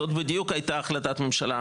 זאת בדיוק הייתה החלטת הממשלה.